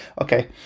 Okay